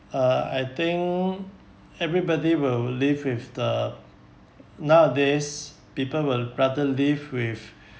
uh I think everybody will live with the nowadays people will rather live with